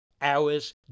hours